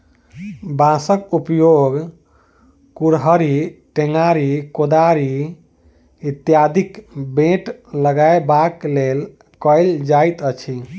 बाँसक उपयोग कुड़हड़ि, टेंगारी, कोदारि इत्यादिक बेंट लगयबाक लेल कयल जाइत अछि